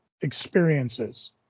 experiences